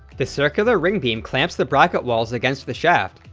the circular ring beam clamps the bracket walls against the shaft,